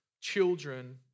children